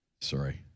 Sorry